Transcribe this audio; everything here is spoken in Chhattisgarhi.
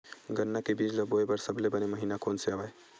गन्ना के बीज ल बोय बर सबले बने महिना कोन से हवय?